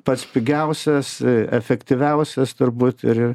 pats pigiausias efektyviausias turbūt ir